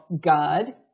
God